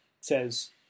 says